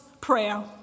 prayer